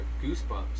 Goosebumps